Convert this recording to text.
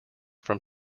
from